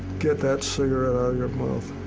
get that cigarette out of your mouth.